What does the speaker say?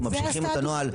אנחנו ממשיכים את הנוהל.